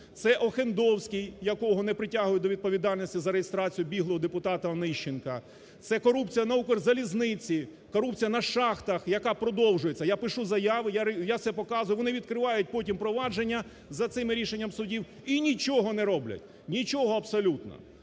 Це Охендовський, якого не притягують до відповідальності за реєстрацію біглого депутата Онищенка. Це корупція на Укрзалізниці, корупція на шахтах, яка продовжується. Я пишу заяви, я все показую. Вони відкривають потім провадження за цими рішеннями суддів і нічого не роблять, нічого абсолютно.